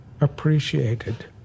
appreciated